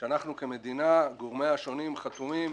שאנחנו כמדינה, גורמיה השונים, חתומים